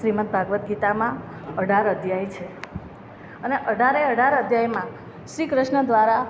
શ્રીમદ ભાગવદ્ ગીતામાં અઢાર અધ્યાય છે અને અઢારે અઢાર અધ્યાયમાં શ્રી કૃષ્ણ દ્વારા